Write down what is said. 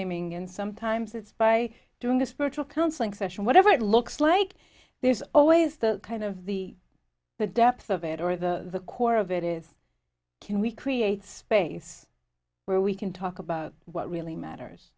naming and sometimes it's by doing the spiritual counseling session whatever it looks like there's always the kind of the the depth of it or the core of it is can we create space where we can talk about what really